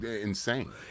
Insane